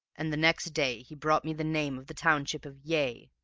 and the next day he brought me the name of the township of yea,